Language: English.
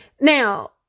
Now